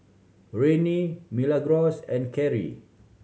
Rennie Milagros and Karri